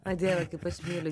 o dieve kaip aš myliu